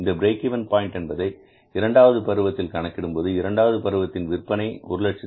இதே break even point என்பதை இரண்டாவது பருவத்திற்கு கணக்கிடும்போது இரண்டாவது பருவத்தின் விற்பனை 140000